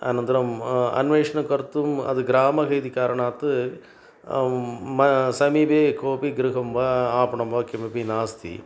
अनन्तरम् अन्वेष्णं कर्तुं अद् ग्रामः इति कारणात् मा समीपे कोपि गृहं वा आपणं वा किमपि नास्ति